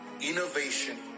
innovation